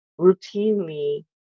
routinely